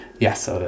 Yes